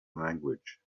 language